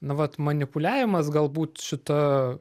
na vat manipuliavimas galbūt šita